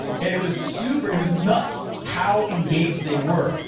and it was super, it was nuts how engaged they were,